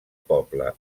poble